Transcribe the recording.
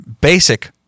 basic